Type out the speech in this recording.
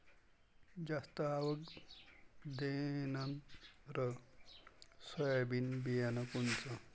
जास्त आवक देणनरं सोयाबीन बियानं कोनचं?